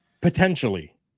Potentially